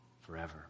forever